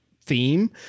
theme